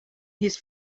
his